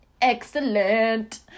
Excellent